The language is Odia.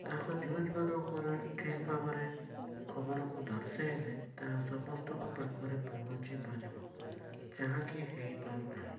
ତାହା ନ୍ୟୁଜ ମାନଙ୍କରେ ଠିକ ଭାବରେ ଖବରକୁ ଦର୍ଶାଇଲେ ତାହା ସମସ୍ତଙ୍କ ପାଖରେ ପହଞ୍ଚି ପାରିବ ଯାହା କି ହେଇପାରୁ ନାହିଁ